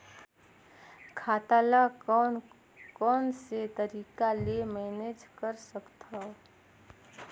खाता ल कौन कौन से तरीका ले मैनेज कर सकथव?